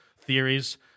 theories